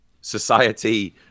society